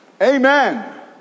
Amen